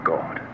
God